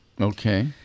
Okay